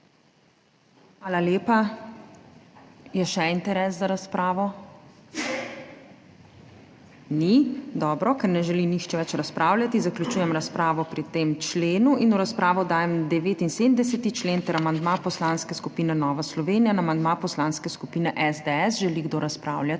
Hvala lepa. Je še interes za razpravo? Ni. Dobro. Ker ne želi nihče več razpravljati, zaključujem razpravo pri tem členu. V razpravo dajem 79. člen ter amandma Poslanske skupine Nova Slovenija in amandma Poslanske skupine SDS. Želi kdo razpravljati?